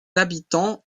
habitants